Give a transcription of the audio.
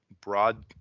broad